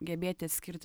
gebėti atskirti